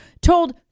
told